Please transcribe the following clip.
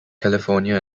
california